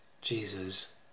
Jesus